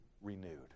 Renewed